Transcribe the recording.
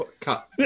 cut